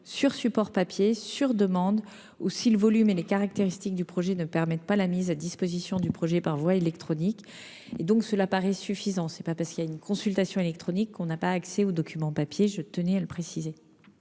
sur support papier, sur demande ou si le volume et les caractéristiques du projet ne permettent pas la mise à disposition du dossier par voie électronique. Voilà qui paraît suffisant. Ce n'est pas parce qu'il existe une consultation électronique que l'on n'a pas accès aux documents papier. Madame Varaillas,